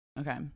Okay